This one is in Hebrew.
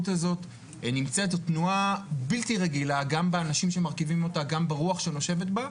זאת תנועה בלתי רגילה גם באנשים שמרכיבים אותה וגם ברוח שנושבת בה,